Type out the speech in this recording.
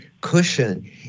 cushion